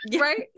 right